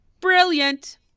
Brilliant